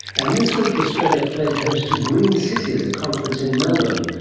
and this week australia played host to green cities, a conference in melbourne.